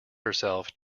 herself